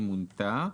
אם מונתה,